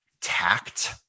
tact